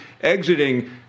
exiting